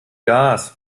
gas